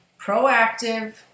proactive